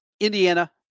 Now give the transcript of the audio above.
Indiana